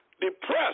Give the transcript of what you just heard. depressed